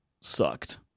sucked